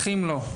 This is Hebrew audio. אחים לא.